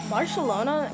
Barcelona